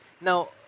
Now